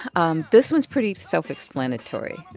um this one's pretty self-explanatory.